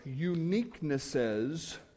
uniquenesses